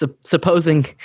supposing